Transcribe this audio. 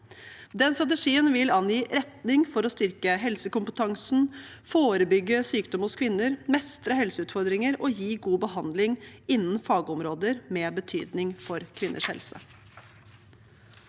Strategien vil angi retning for å styrke helsekompetansen, forebygge sykdom hos kvinner, mestre helseutfordringer og gi god behandling innenfor fagområder med betydning for kvinners helse.